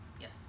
Yes